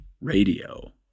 Radio